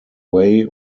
way